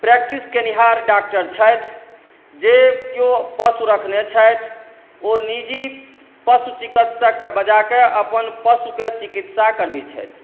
practice कयनिहार doctor छथि जे केओ पशु रखने छथि ओ निजी पशु चिकित्सक कऽ बजा कऽ अपन पशु कऽ चिकित्सा करबैत छथि